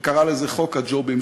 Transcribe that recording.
שקרא לזה חוק הג'ובים.